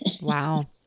Wow